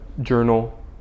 journal